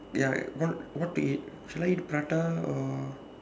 ya what what to eat should I eat prata or